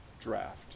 draft